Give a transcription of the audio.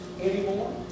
anymore